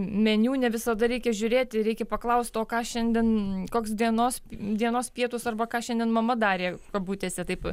meniu ne visada reikia žiūrėti reikia paklaust o ką šiandien koks dienos dienos pietūs arba ką šiandien mama darė kabutėse taip